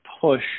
push